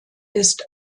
ist